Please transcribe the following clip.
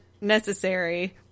necessary